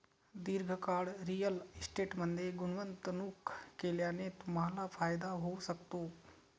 दीर्घकाळ रिअल इस्टेटमध्ये गुंतवणूक केल्याने तुम्हाला फायदा होऊ शकतो